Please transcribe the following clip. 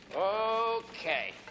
Okay